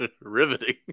riveting